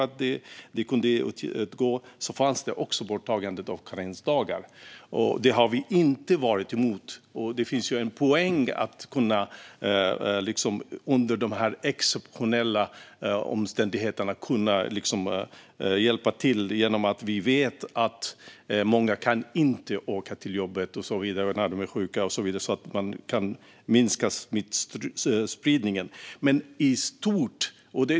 Man tog även bort karensdagen. Det har vi inte varit emot. Det finns en poäng i att man under dessa exceptionella omständigheter kan hjälpa till. Vi vet att många inte ska åka till jobbet när de är sjuka och så vidare, så att vi kan minska smittspridningen.